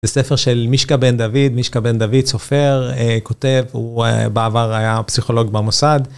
זה ספר של מישקה בן דוד, מישקה בן דוד סופר, כותב, הוא בעבר היה פסיכולוג במוסד.